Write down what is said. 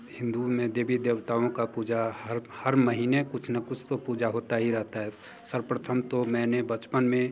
हिंदू में देवी देवताओं की पूजा हर हर महीने कुछ ना कुछ तो पूजा होती ही रहती है सर्वप्रथम तो मैंने बचपन में